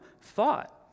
thought